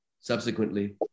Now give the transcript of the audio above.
Subsequently